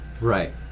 Right